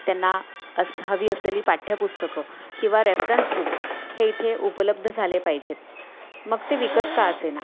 त्यांना अस हवी असलेली पाठ्यपुस्तकं किंवा रेफ्रन्स बुक्स हे इथे उपलब्ध झाले पाहिजेत मग ते विकत का असेना